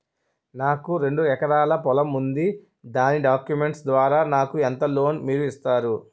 నాకు రెండు ఎకరాల పొలం ఉంది దాని డాక్యుమెంట్స్ ద్వారా నాకు ఎంత లోన్ మీరు ఇస్తారు?